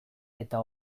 eta